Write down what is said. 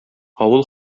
авыл